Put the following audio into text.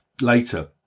later